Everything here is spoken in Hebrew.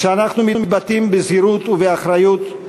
כשאנחנו מתבטאים בזהירות ובאחריות,